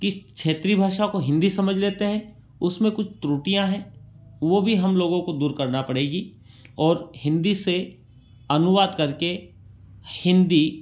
कि क्षेत्रीय भाषा को हिंदी समझ लेते हैं उसमें कुछ त्रुटियाँ हैं वो भी हम लोगों को दूर करना पड़ेगी और हिन्दी से अनुवाद करके हिंदी